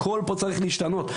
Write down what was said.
הכל פה צריך להשתנות.